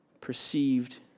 perceived